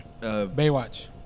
Baywatch